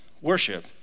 Worship